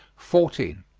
fourteen.